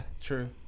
true